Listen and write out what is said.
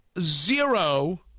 zero